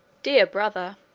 dear brother,